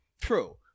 True